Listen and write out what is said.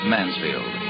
Mansfield